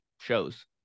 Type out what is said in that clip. shows